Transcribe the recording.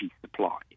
supply